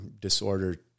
disorder